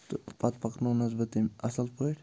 تہٕ پَتہٕ پَکنونَس بہٕ تٔمۍ اَصٕل پٲٹھۍ